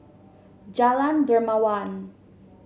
Jalan Dermawan